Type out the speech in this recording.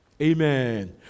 Amen